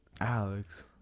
Alex